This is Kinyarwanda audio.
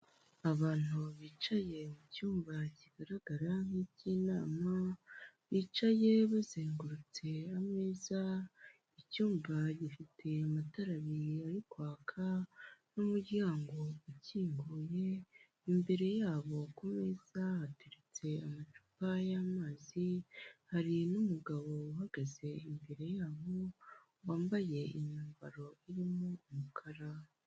Abantu bicaye mu icyumba kigaragara nkicy'inama bicaye bazengurutse ameza icyumba gifite amatara abiri ari kwaka n'umuryango ukinguye imbere yabo kumeza hateretse amacupa y'amazi, hari umugabo uhagaze imbere yabo wambaye imyambaro irimo umukara.